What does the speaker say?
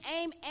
aim